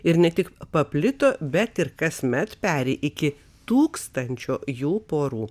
ir ne tik paplito bet ir kasmet peri iki tūkstančio jų porų